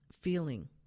feeling